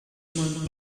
man